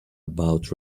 about